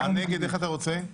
הנגד, איך אתה רוצה?